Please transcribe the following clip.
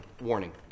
warning